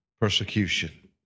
persecution